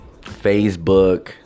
Facebook